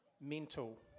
mental